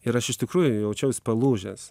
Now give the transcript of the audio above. ir aš iš tikrųjų jaučiausi palūžęs